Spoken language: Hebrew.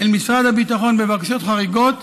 אל משרד הביטחון בבקשות חריגות,